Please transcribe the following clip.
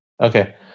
Okay